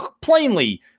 plainly